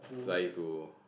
try to